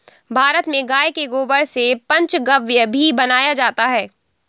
भारत में गाय के गोबर से पंचगव्य भी बनाया जाता है